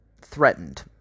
threatened